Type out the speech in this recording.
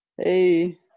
Hey